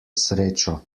srečo